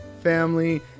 family